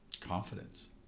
confidence